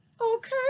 Okay